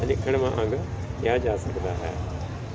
ਅਨਿੱਖੜਵਾਂ ਅੰਗ ਕਿਹਾ ਜਾ ਸਕਦਾ ਹੈ